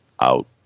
out